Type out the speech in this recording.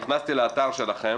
נכנסתי לאתר שלכם,